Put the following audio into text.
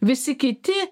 visi kiti